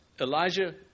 Elijah